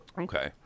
Okay